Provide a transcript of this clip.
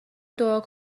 دعا